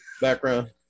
background